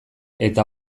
eta